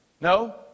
No